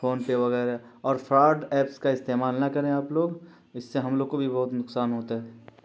phone پے وغیرہ اور fraud apps کا استعمال نہ کریں آپ لوگ اس سے ہم لوگ کو بھی بہت نقصان ہوتا ہے